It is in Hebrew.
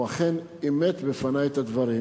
הוא אכן אימת בפני את הדברים,